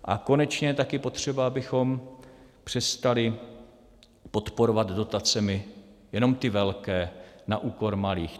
A konečně je taky potřeba, abychom přestali podporovat dotacemi jenom ty velké na úkor malých.